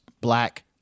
Black